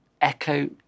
echo